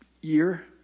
year